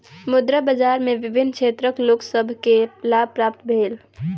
मुद्रा बाजार में विभिन्न क्षेत्रक लोक सभ के लाभ प्राप्त भेल